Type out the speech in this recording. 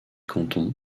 cantons